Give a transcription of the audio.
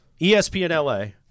ESPNLA